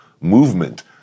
movement